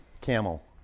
Camel